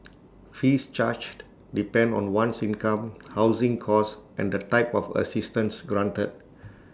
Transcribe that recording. fees charged depend on one's income housing cost and the type of assistance granted